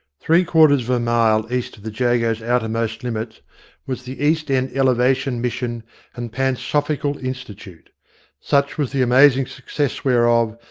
ree-quarters of a mile east of the jago's outermost limit was the east end eleva tion mission and pansophical institute such was the amazing success whereof,